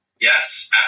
Yes